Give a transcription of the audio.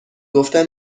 گفتن